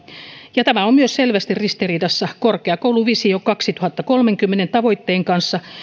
ja tämä on myös selvästi ristiriidassa korkeakouluvisio kaksituhattakolmekymmentän tavoitteen kanssa